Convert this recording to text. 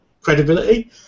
credibility